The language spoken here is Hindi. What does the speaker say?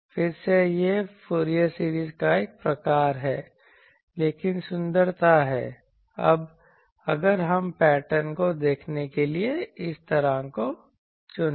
फिर से यह फूरियर सीरीज का एक प्रकार है लेकिन सुंदरता है अगर हम पैटर्न को देखने के लिए इस तरह को चुनें